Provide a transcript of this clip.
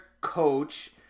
coach